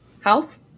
house